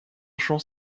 chant